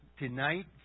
tonight